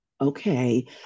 okay